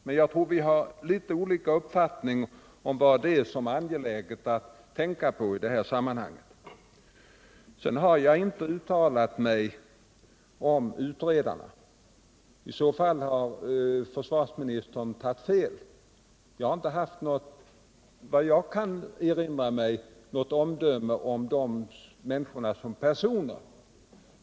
Men jag tror att vi har litet olika uppfattning om vad som är angeläget att tänka på i det här sammanhanget. Sedan har jag inte uttalat mig om utredarna —-om försvarsministern har fått det intrycket har han tagit fel. Jag har inte, såvitt jag kan erinra mig, fällt något omdöme om dessa människor som personer.